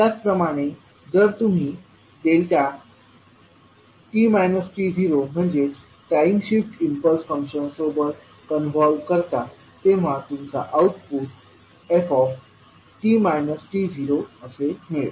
त्याचप्रमाणे जर तुम्ही t t0 म्हणजे टाईम शिफ्ट इम्पल्स फंक्शन सोबत कन्वाल्व करता तेव्हा तुम्हाला आउटपुट ft t0 असे मिळेल